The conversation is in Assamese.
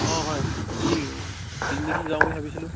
অ' হয় কি পিকনিক যাওঁ বুলি ভাবিছিলোঁ